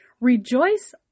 Rejoice